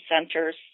centers